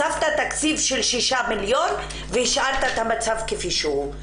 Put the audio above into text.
תקציב של שישה מיליון והשארת את המצב כפי שהוא.